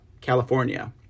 California